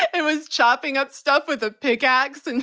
it was chopping up stuff with a pickaxe, and